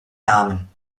namen